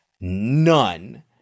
None